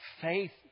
faith